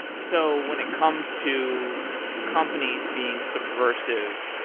so when it comes to companies being subversive,